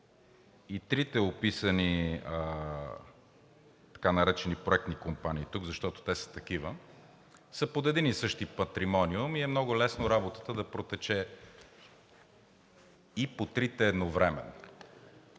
и трите описани така наречени проектни компании тук, защото те са такива, са под един и същи патримониум и е много лесно работата да протече и по трите едновременно.